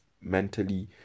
mentally